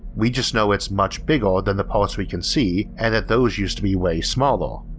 we just know it's much bigger than the parts we can see and that those used to be way smaller.